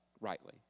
rightly